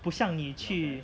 不像你去